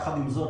יחד עם זאת,